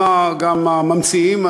הם גם הממציאים,